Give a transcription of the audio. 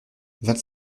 vingt